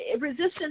resistance